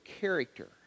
character